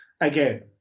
again